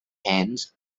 hens